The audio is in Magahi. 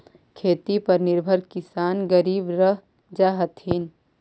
खेती पर निर्भर किसान गरीब रह जा हथिन